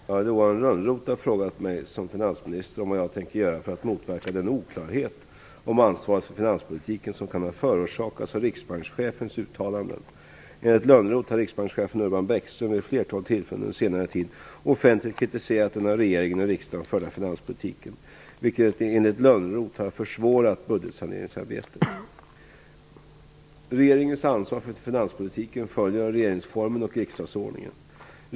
Fru talman! Johan Lönnroth har frågat mig som finansminister om vad jag tänker göra för att motverka den oklarhet om ansvaret för finanspolitiken som kan ha förorsakats av riksbankschefens uttalanden. Enligt Lönnroth har riksbankschefen Urban Bäckström vid ett flertal tillfällen under senare tid offentligt kritiserat den av regering och riksdag förda finanspolitiken, vilket enligt Lönnroth har försvårat budgetsaneringsarbetet. Regeringens ansvar för finanspolitiken följer av regeringsformen och riksdagsordningen.